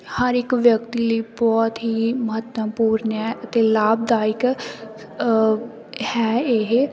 ਹਰ ਇੱਕ ਵਿਅਕਤੀ ਲਈ ਬਹੁਤ ਹੀ ਮਹੱਤਵਪੂਰਨ ਹੈ ਅਤੇ ਲਾਭਦਾਇਕ ਹੈ ਇਹ